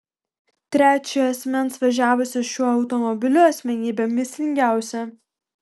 trečiojo asmens važiavusio šiuo automobiliu asmenybė mįslingiausia